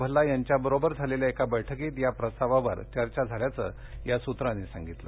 भल्ला यांच्याबरोबर झालेल्या एका बैठकीत या प्रस्तावावर चर्चा झाल्याचं या सूत्रांनी सांगितलं